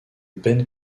ben